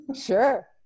Sure